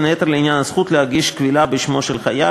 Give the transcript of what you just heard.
בין היתר לעניין הזכות להגיש קבילה בשמו של חייל,